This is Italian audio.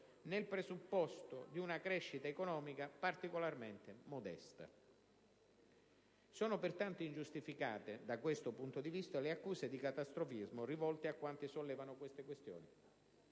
nel presupposto di una crescita economica particolarmente modesta. Sono pertanto ingiustificate da questo punto di vista le accuse di catastrofismo rivolte a quanti sollevano tali questioni.